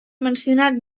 mencionat